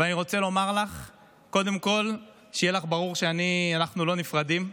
ואני רוצה לומר לך קודם כול שיהיה לך ברור שאנחנו לא נפרדים,